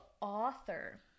author